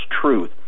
truth